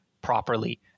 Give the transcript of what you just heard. properly